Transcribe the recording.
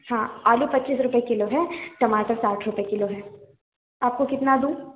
हाँ आलू पच्चीस रुपए किलो है टमाटर साठ रुपए किलो है आपको कितना दूँ